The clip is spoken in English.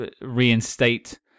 reinstate